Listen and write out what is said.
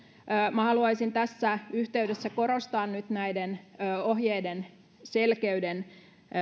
minä haluaisin tässä yhteydessä korostaa nyt näiden ohjeiden selkeyden